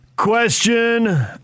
question